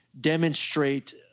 demonstrate